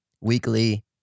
weekly